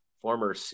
Former